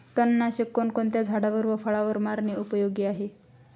तणनाशक कोणकोणत्या झाडावर व फळावर मारणे उपयोगी आहे?